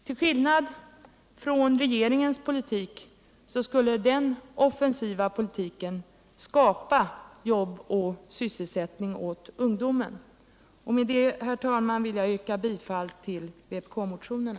Till skillnad från regeringens politik skulle den offensiva politiken skapa jobb och sysselsättning åt ungdomen. Med det, herr talman, vill jag yrka bifall till vpk-motionerna.